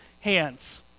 hands